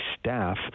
staff